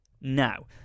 now